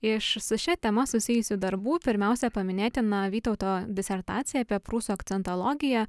iš su šia tema susijusių darbų pirmiausia paminėtina vytauto disertacija apie prūsų akcentologiją